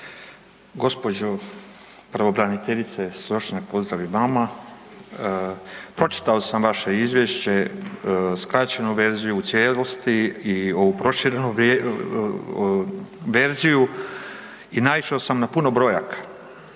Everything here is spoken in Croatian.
Gđo. pravobraniteljice Slošnjak, pozdrav i vama. Pročitao sam vaše izvješće, skraćenu verziju, u cijelosti i ovu proširenu verziju i naišao sam na puno brojaka.